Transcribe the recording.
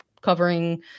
covering